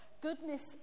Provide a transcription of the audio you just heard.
Goodness